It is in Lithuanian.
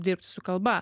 dirbti su kalba